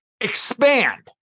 expand